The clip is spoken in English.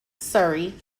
surrey